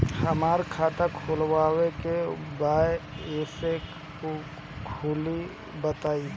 हमरा खाता खोलवावे के बा कइसे खुली बताईं?